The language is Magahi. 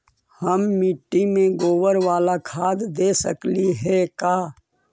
हम मिट्टी में गोबर बाला खाद दे सकली हे का?